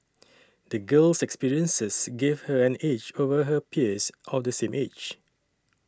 the girl's experiences gave her an edge over her peers of the same age